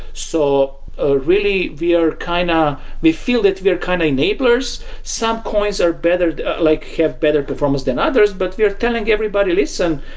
so ah really we are kind of we feel that we are kind of enablers. some coins are better like have better performance than others, but we are telling everybody, listen,